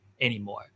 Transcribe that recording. anymore